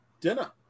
dinner